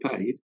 paid